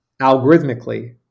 algorithmically